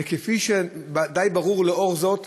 וכפי שדי ברור לאור זאת,